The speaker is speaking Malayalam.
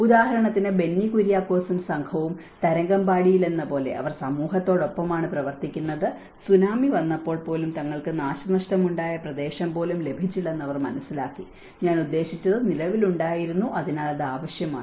ഉദാഹരണത്തിന് ബെന്നി കുര്യാക്കോസും സംഘവും തരംഗമ്പാടിയിലെന്നപോലെ അവർ സമൂഹത്തോടൊപ്പമാണ് പ്രവർത്തിക്കുന്നത് സുനാമി വന്നപ്പോൾ പോലും തങ്ങൾക്ക് നാശനഷ്ടമുണ്ടായ പ്രദേശം പോലും ലഭിച്ചില്ലെന്ന് അവർ മനസ്സിലാക്കി ഞാൻ ഉദ്ദേശിച്ചത് നിലവിലുണ്ടായിരുന്നു അതിനാൽ അത് ആവശ്യമാണ്